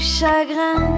chagrin